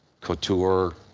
Couture